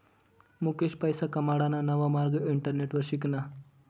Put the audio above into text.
मुकेश पैसा कमाडाना नवा मार्ग इंटरनेटवर शिकना